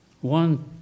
One